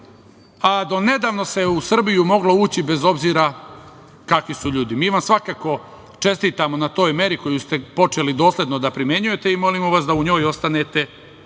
a donedavno se u Srbiju moglo ući bez obzira kakvi su ljudi. Mi vam svakako čestitamo na toj meri koju ste počeli dosledno da primenjujete i molimo vas da u njoj ostanete